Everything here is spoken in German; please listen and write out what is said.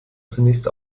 zunächst